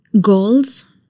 goals